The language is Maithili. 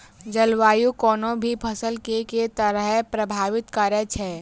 जलवायु कोनो भी फसल केँ के तरहे प्रभावित करै छै?